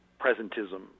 presentism